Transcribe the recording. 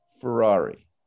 Ferrari